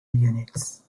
units